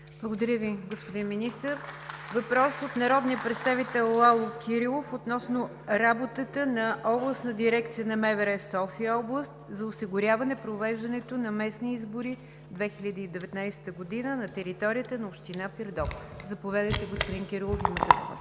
Благодаря Ви, господин Министър. Въпрос от народния представител Лало Кирилов относно работата на Областна дирекция на МВР – София област, за осигуряване провеждането на местни избори 2019 г. на територията на община Пирдоп. Заповядайте, господин Кирилов.